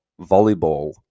Volleyball